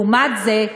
לעומת זה,